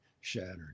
shattered